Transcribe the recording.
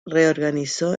reorganizó